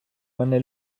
мене